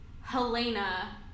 Helena